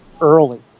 early